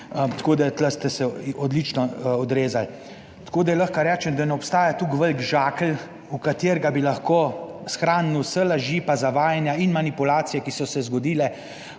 tako da tu ste se odlično odrezali. Tako da lahko rečem, da ne obstaja tako velik žakelj, v katerega bi lahko shranili vse laži pa zavajanja in manipulacije, ki so se zgodile